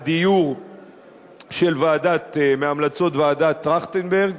הדיור בהמלצות ועדת-טרכטנברג.